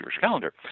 calendar